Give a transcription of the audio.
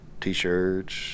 T-shirts